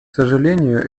сожалению